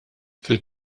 fil